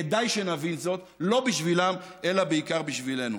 כדאי שנבין זאת, לא בשבילם אלא בעיקר בשבילנו.